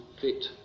fit